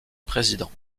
président